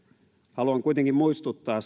haluan kuitenkin muistuttaa